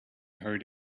hurried